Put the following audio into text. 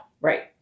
Right